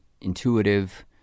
intuitive